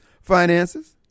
finances